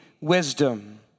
wisdom